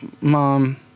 Mom